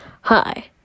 Hi